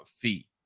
fee